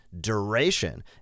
duration